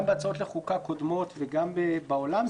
גם בהצעות חוקה קודמות וגם בעולם,